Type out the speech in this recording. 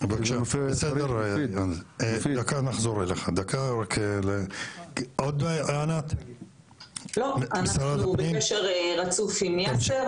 לקחו שטח מתוך תחום קו הבנייה של היישוב